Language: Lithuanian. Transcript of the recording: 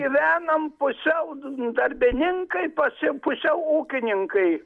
gyvenam pusiau darbininkai pasi pusiau ūkininkai